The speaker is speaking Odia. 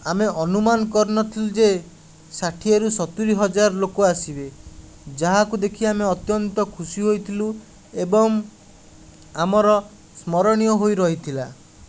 ଆମେ ଅନୁମାନ କରିନଥିଲୁ ଯେ ଷାଠିଏରୁ ସତୁରି ହଜାର ଲୋକ ଆସିବେ ଯାହାକୁ ଦେଖି ଆମେ ଅତ୍ୟନ୍ତ ଖୁସି ହୋଇଥିଲୁ ଏବଂ ଆମର ସ୍ମରଣୀୟ ହୋଇ ରହିଥିଲା